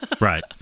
Right